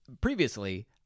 previously